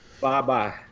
Bye-bye